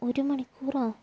ഒരു മണിക്കൂറോ